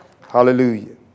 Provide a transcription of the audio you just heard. Hallelujah